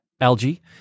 algae